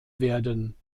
werden